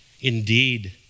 Indeed